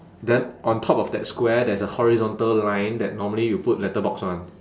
then on top of that square there's a horizontal line that normally you put letter box [one]